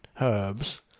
herbs